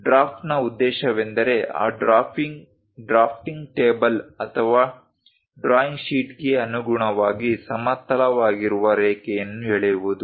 ಡ್ರಾಫ್ಟರ್ನ ಉದ್ದೇಶವೆಂದರೆ ಆ drafting table ಅಥವಾ ಡ್ರಾಯಿಂಗ್ ಶೀಟ್ಗೆ ಅನುಗುಣವಾಗಿ ಸಮತಲವಾಗಿರುವ ರೇಖೆಯನ್ನು ಎಳೆಯುವುದು